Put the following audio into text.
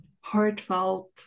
heartfelt